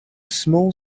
small